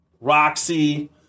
Roxy